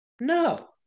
No